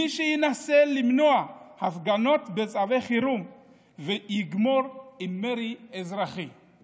מי שינסה למנוע הפגנות בצווי חירום יגמור עם מרי אזרחי".